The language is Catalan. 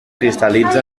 cristal·litza